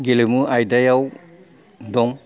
गेलेमु आयदायाव दं